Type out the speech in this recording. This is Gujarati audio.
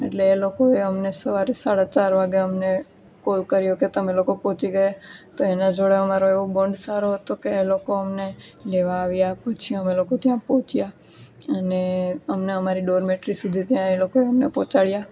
એટલે એ લોકોએ અમને સવારે સાડા ચાર વાગે અમને કોલ કર્યો કે તમે લોકો પહોંચી ગયા તો એના જોડે અમારો એવો બોન્ડ સારો હતો કે એ લોકો અમને લેવા આવ્યા પૂછ્યું અમે લોકો ત્યાં પહોંચ્યા અને અમને અમારી ડોરમેટ્રી સુધી ત્યાં એ લોકોએ અમને પહોંચાડ્યા